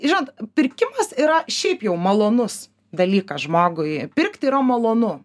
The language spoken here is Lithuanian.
žinot pirkimas yra šiaip jau malonus dalykas žmogui pirkti yra malonu